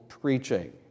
preaching